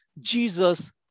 Jesus